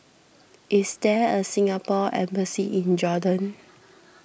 is there a Singapore Embassy in Jordan